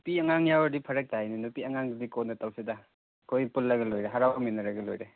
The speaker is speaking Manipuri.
ꯅꯨꯄꯤ ꯑꯉꯥꯡ ꯌꯥꯎꯔꯗꯤ ꯐꯔꯛ ꯇꯥꯏꯅꯦ ꯅꯨꯄꯤ ꯑꯉꯥꯡꯗꯨꯗꯤ ꯀꯣꯟꯅ ꯇꯧꯁꯤꯗ ꯑꯩꯈꯣꯏ ꯄꯨꯜꯂꯒ ꯂꯣꯏꯔꯦ ꯍꯔꯥꯎꯃꯤꯟꯅꯔꯒ ꯂꯣꯏꯔꯦ